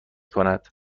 کند